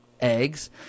eggs